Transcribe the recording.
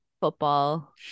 football